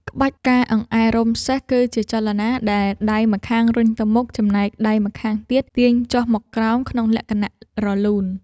ក្បាច់ ការអង្អែលរោមសេះ គឺជាចលនាដែលដៃម្ខាងរុញទៅមុខ ចំណែកដៃម្ខាងទៀតទាញចុះមកក្រោមក្នុងលក្ខណៈរលូន។